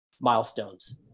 milestones